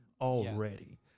already